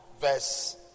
Verse